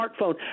smartphone